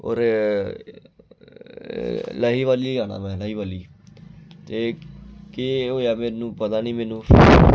होर लाही बाली जाना में लाही बाली ते केह् होएआ मेनू पता निं मेनू